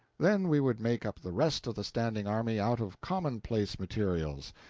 then we would make up the rest of the standing army out of commonplace materials,